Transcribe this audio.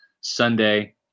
Sunday